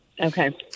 Okay